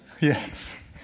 Yes